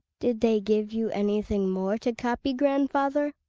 did they give you anything more to copy, grandfather?